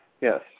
Yes